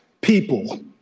people